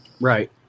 Right